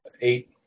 eight